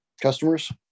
customers